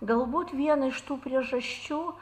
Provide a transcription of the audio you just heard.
galbūt viena iš tų priežasčių